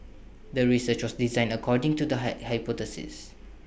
the research was designed according to the high hypothesis